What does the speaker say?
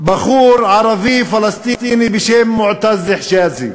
בחור ערבי פלסטיני בשם מועתז חיג'אזי.